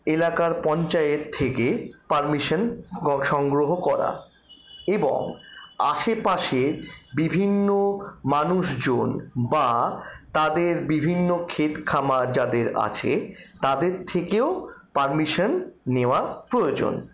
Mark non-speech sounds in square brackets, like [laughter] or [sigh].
এলাকার পঞ্চায়েত থেকে পারমিশন [unintelligible] সংগ্রহ করা এবং আশেপাশের বিভিন্ন মানুষজন বা তাদের বিভিন্ন ক্ষেতখামার যাদের আছে তাদের থেকেও পারমিশন নেওয়া প্রয়োজন